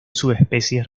subespecies